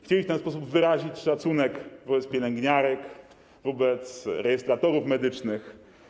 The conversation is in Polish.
Chcieli w ten sposób wyrazić szacunek dla pielęgniarek, dla rejestratorów medycznych.